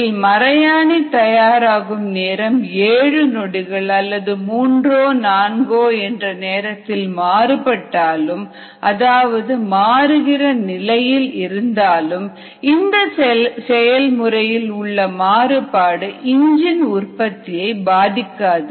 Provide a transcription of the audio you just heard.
இதில் மறையாணி தயாராகும் நேரம் 7 நொடிகள் அல்லது 3 4 என்று நேரத்தில் மாறுபட்டாலும் அதாவது மாறுகிற நிலையில் இருந்தாலும் இந்த செயல்முறையில் உள்ள மாறுபாடு இஞ்சின் உற்பத்தியை பாதிக்காது